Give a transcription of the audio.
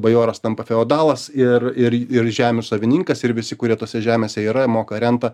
bajoras tampa feodalas ir ir ir žemių savininkas ir visi kurie tose žemėse yra moka rentą